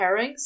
pairings